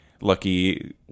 lucky